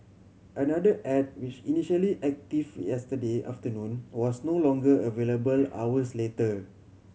another ad which initially active yesterday afternoon was no longer available hours later